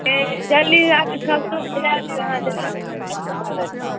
देलियै हँ से छओ सए रुपआ दिए दिअ अहाँ जल्दी करेतै